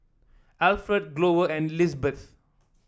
Alfredo Glover and Lizbeth